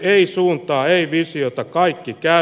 ei suuntaa ei visiota kaikki käy